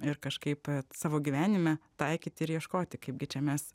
ir kažkaip savo gyvenime taikyti ir ieškoti kaipgi čia mes